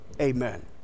Amen